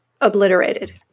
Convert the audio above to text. obliterated